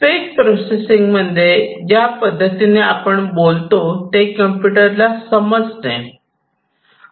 speech processing म्हणजे ज्या पद्धतीने आपण बोलतो ते कम्प्युटरला समजणे